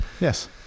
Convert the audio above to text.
Yes